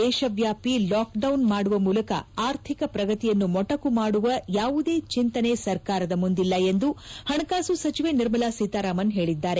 ದೇಶವ್ಯಾಪಿ ಲಾಕ್ಡೌನ್ ಮಾಡುವ ಮೂಲಕ ಆರ್ಥಿಕ ಪ್ರಗತಿಯನ್ನು ಮೊಟಕು ಮಾಡುವ ಯಾವುದೇ ಚಿಂತನೆ ಸರ್ಕಾರದ ಮುಂದಿಲ್ಲ ಎಂದು ಹಣಕಾಸು ಸಚಿವೆ ನಿರ್ಮಲಾ ಸೀತಾರಾಮನ್ ಹೇಳಿದ್ದಾರೆ